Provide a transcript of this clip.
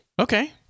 Okay